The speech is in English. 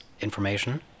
information